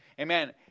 Amen